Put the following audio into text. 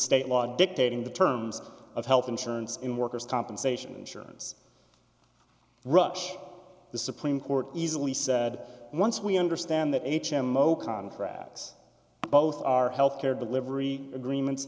state law dictating the terms of health insurance in workers compensation insurance ruch the supreme court easily said once we understand that h m o contracts both our health care delivery agreements